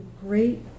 great